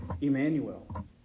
Emmanuel